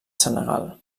senegal